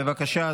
בבקשה,